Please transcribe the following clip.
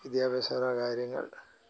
വിദ്യാഭ്യാസപരമായ കാര്യങ്ങൾ